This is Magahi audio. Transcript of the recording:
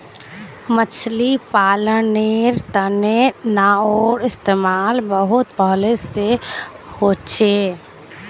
मछली पालानेर तने नाओर इस्तेमाल बहुत पहले से होचे